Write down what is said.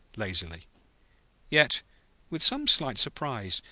lazily yet with some slight surprise,